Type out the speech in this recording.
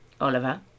Oliver